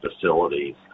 facilities